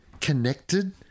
connected